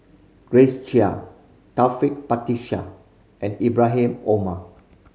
Grace Chia Taufik Batisah and Ibrahim Omar